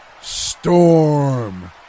Storm